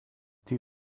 die